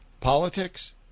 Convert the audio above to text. politics